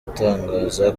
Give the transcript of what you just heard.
atangaza